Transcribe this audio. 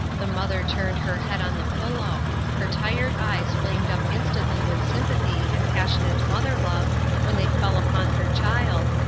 the mother turned her head on the pillow her tired eyes flamed up instantly with sympathy and passionate mother-love when they fell upon her child,